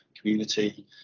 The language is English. community